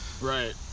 right